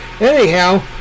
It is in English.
Anyhow